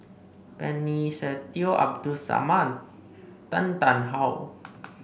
Benny Se Teo Abdul Samad Tan Tarn How